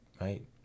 Right